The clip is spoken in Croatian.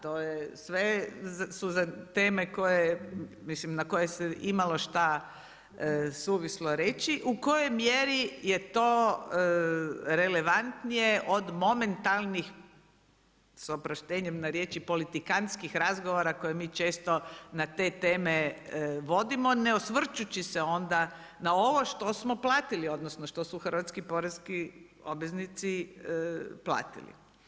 To su sve teme koje, mislim na koje se imalo šta suvislo reći u kojoj mjeri je to relevantnije od momentalnih s oproštenjem na riječi politikantskih razgovora koje mi često na te teme vodimo ne osvrćući se onda na ovo što smo platili, odnosno što su hrvatski poreski obveznici platili.